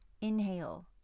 inhale